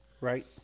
right